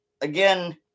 again